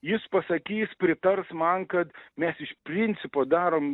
jis pasakys pritars man kad mes iš principo darom